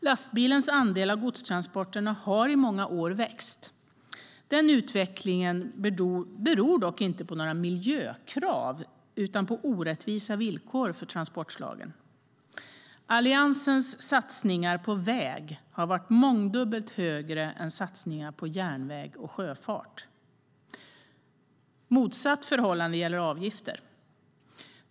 Lastbilens andel av godstransporterna har i många år växt. Den utvecklingen beror dock inte på några miljökrav utan på orättvisa villkor för transportslagen. Alliansens satsningar på väg har varit mångdubbelt högre än satsningarna på järnväg och sjöfart. Motsatt förhållande gäller avgifterna.